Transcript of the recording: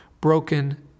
broken